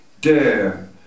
Dare